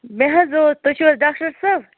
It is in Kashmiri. مےٚ حظ اوس تُہۍ چھِو حظ ڈاکٹر صٲب